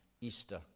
Easter